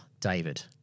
David